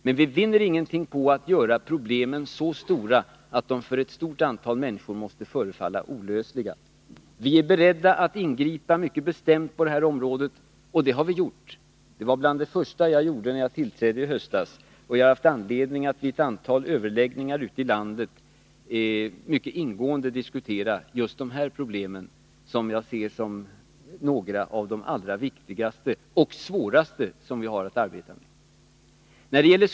Men vi vinner ingenting på att göra problemen så stora att de för många människor måste förefalla olösliga. Vi är beredda att ingripa mycket bestämt på detta område, och det har vi redan gjort. Det var bland det första jag gjorde när jag tillträdde som statsråd i höstas. Därefter har jag haft anledning att vid ett antal överläggningar ute i landet mycket ingående diskutera just dessa problem, som jag betraktar som de allra viktigaste och svåraste som vi har att arbeta med.